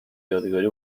یادگاری